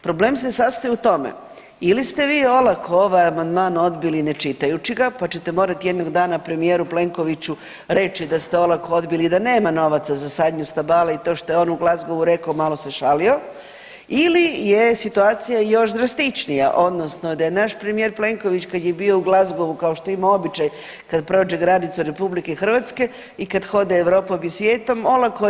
Problem se sastoji u tome, ili se vi olako ovaj amandman odbili ne čitajući ga pa ćete morati jednog dana premijeru Plenkoviću reći da ste olako odbili i da nema novaca za sadnju stabala i to što je on u Glasgowu rekao, malo se šalio ili je situacija još drastičnija, odnosno da je naš premijer Plenković kad je bio u Glasgowu, kao što ima običaj, kad prođe granicu i kad hoda Europom i svijetom, olako je